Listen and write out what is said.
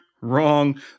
Wrong